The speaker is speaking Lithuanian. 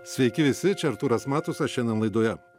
sveiki visi čia artūras matusas šiandien laidoje